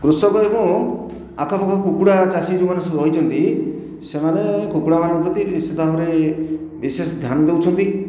କୃଷକ ଏବଂ ଆଖପାଖ କୁକୁଡ଼ା ଚାଷୀ ଯେଉଁମାନେ ସବୁ ରହିଛନ୍ତି ସେମାନେ କୁକୁଡ଼ା ମାନଙ୍କ ପ୍ରତି ନିଶ୍ଚିତ ଭାବରେ ବିଶେଷ ଧ୍ୟାନ ଦେଉଛନ୍ତି